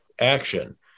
action